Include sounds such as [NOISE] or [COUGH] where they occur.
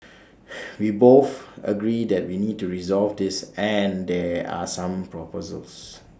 [NOISE] we both agree that we need to resolve this and there are some proposals